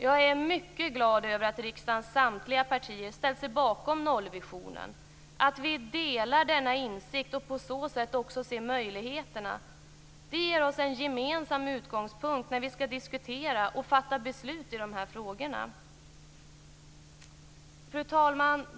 Jag är mycket glad över att riksdagens samtliga partier ställt sig bakom nollvisionen, att vi delar denna insikt och på så sätt också ser möjligheterna. Det ger oss en gemensam utgångspunkt när vi skall diskutera och fatta beslut i dessa frågor. Fru talman!